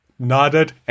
nodded